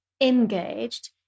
engaged